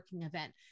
event